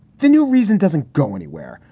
the new reason doesn't go anywhere.